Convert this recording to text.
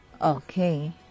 Okay